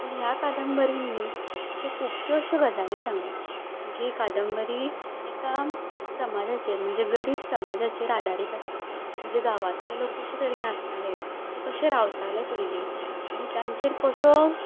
तर ह्या कादंबरीन न्हय अशें खुबशें अश्यो गजाली सांगल्या जी कादंबरी एका समाजाचेर म्हणजे गरीब समाजाचेर आदारीत आसा म्हणजे गांवांतले लोक कशे तरेन आसताले ते कशे रावताले पयलीं आनी तांचेर कसो